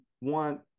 want